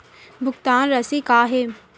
भुगतान राशि का हे?